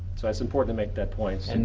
so it's important to make that point.